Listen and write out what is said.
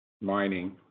mining